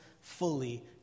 fully